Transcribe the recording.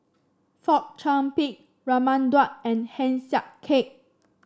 Fong Chong Pik Raman Daud and Heng Swee Keat